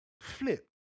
Flip